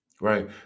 Right